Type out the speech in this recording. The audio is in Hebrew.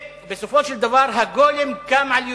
ובסופו של דבר הגולם קם על יוצרו.